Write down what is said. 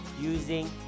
using